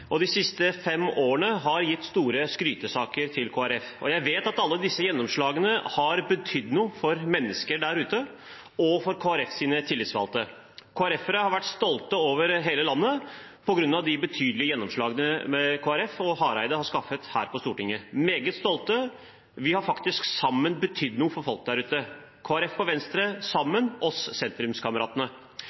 og de siste fem årene har gitt Kristelig Folkeparti store skrytesaker. Jeg vet at alle disse gjennomslagene har betydd noe for mennesker der ute og for Kristelig Folkepartis tillitsvalgte. KrF-ere over hele landet har vært stolte på grunn av de betydelige gjennomslagene Kristelig Folkeparti og Hareide har skaffet her på Stortinget – meget stolte. Vi sentrumskameratene – Kristelig Folkeparti og Venstre – har sammen faktisk betydd noe for folk der ute.